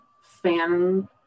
fan